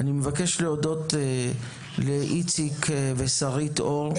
אני מבקש להודות לאיציק ושרית אור,